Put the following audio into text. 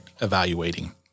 evaluating